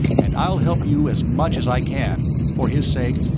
and i'll help you as much as i can for his sake,